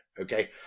Okay